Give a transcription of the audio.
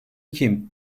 kim